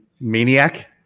Maniac